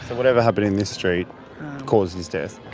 whatever happened in this street caused his death?